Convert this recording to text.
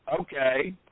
okay